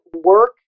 work